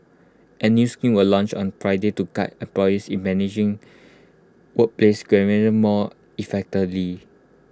A new scheme was launched on Friday to guide employees in managing workplace grievances more effectively